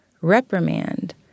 reprimand